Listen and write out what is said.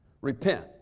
Repent